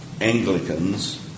Anglicans